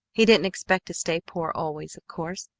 he didn't expect to stay poor always, of course,